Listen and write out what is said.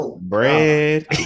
bread